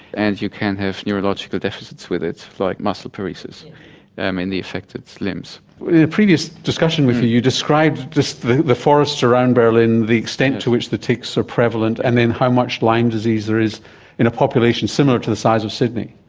and you can have neurological deficits with it, like muscle paresis um in the affected limbs. in a previous discussion with you, you described the the forest around berlin, the extent to which the ticks are prevalent and then how much lyme disease there is in a population similar to the size of sydney.